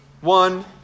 one